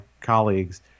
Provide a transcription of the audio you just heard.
colleagues